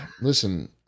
listen